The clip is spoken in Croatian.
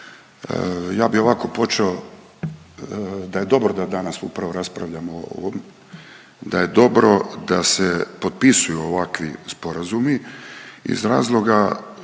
ja bih ovako počeo da je dobro da danas upravo raspravljamo, da je dobro da se potpisuju ovakvi sporazumi iz razloga